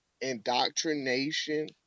indoctrination